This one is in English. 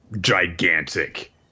gigantic